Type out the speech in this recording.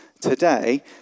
today